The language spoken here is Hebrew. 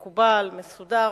מסודר,